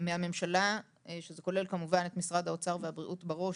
מהממשלה שזה כולל כמובן את משרד האוצר והבריאות בראש,